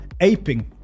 aping